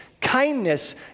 kindness